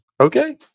Okay